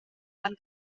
van